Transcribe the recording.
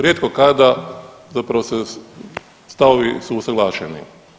rijetko kada zapravo su stavovi usuglašeni.